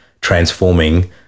transforming